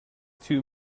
two